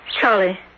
Charlie